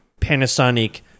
Panasonic